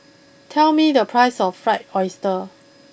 tell me the price of Fried Oyster